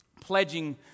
pledging